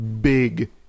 big